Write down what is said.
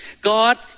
God